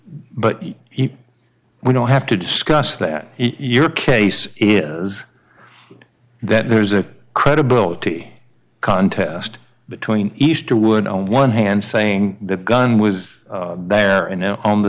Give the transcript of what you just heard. he we don't have to discuss that your case is that there's a credibility contest between easter wood on one hand saying the gun was there and now on the